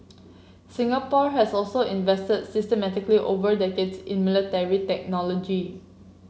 Singapore has also invested systematically over decades in military technology